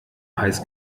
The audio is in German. heiß